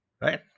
Right